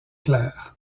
clair